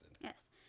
Yes